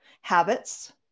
habits